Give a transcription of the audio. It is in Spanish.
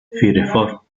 firefox